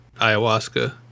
ayahuasca